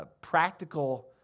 practical